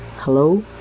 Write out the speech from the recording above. Hello